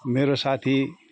मेरो साथी